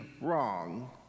wrong